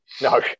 no